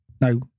No